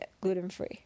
gluten-free